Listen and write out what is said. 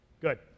good